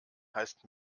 heißt